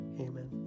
Amen